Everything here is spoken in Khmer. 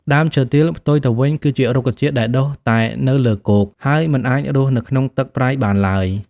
ដើមឈើទាល ផ្ទុយទៅវិញ គឺជារុក្ខជាតិដែលដុះតែនៅលើគោក ហើយមិនអាចរស់នៅក្នុងទឹកប្រៃបានឡើយ។